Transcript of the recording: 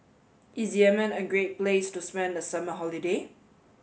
is Yemen a great place to spend the summer holiday